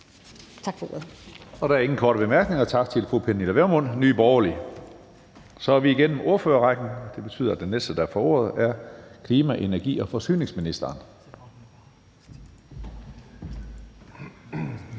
(Karsten Hønge): Der er ingen korte bemærkninger. Tak til fru Pernille Vermund, Nye Borgerlige. Så er vi igennem ordførerrækken. Det betyder, at den næste, der får ordet, er klima-, energi- og forsyningsministeren.